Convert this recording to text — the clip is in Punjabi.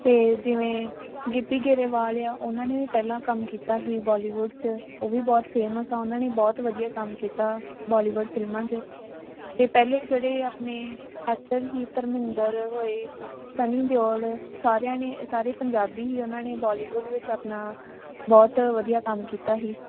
ਅਤੇ ਜਿਵੇਂ ਗਿੱਪੀ ਗਰੇਵਾਲ ਆ ਉਹਨਾਂ ਨੇ ਵੀ ਪਹਿਲਾਂ ਕੰਮ ਕੀਤਾ ਸੀ ਬੋਲੀਵੁੱਡ 'ਚ ਉਹ ਵੀ ਬਹੁਤ ਫੇਮਸ ਆ ਉਹਨਾਂ ਨੇ ਬਹੁਤ ਵਧੀਆ ਕੰਮ ਕੀਤਾ ਬੋਲੀਵੁੱਡ ਫਿਲਮਾਂ 'ਚ ਅਤੇ ਪਹਿਲੇ ਜਿਹੜੇ ਆਪਣੇ ਐਕਟਰ ਸੀ ਧਰਮਿੰਦਰ ਹੋਏ ਸਨੀ ਦਿਓਲ ਸਾਰਿਆਂ ਨੇ ਇਹ ਸਾਰੇ ਪੰਜਾਬੀ ਹੀ ਉਹਨਾਂ ਨੇ ਬੋਲੀਵੁੱਡ ਵਿੱਚ ਆਪਣਾ ਬਹੁਤ ਵਧੀਆ ਕੰਮ ਕੀਤਾ ਸੀ